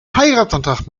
heiratsantrag